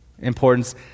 importance